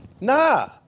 Nah